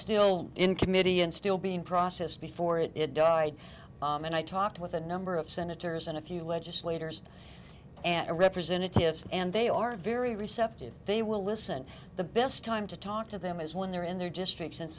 still in committee and still being processed before it died and i talked with a number of senators and a few legislators and representatives and they are very receptive they will listen the best time to talk to them is when they're in their districts and since